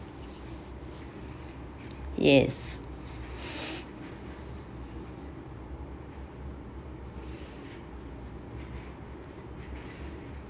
yes